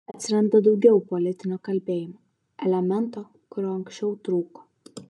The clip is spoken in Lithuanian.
atsiranda daugiau politinio kalbėjimo elemento kuriuo anksčiau trūko